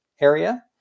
area